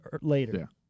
later